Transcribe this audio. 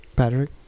Patrick